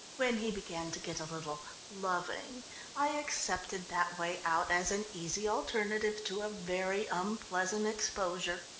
when he began to get a little loving i accepted that way out as an easy alternative to a very unpleasant exposure.